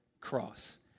cross